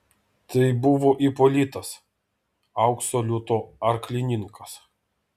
tai buvo ipolitas aukso liūto arklininkas